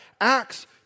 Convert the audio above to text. Acts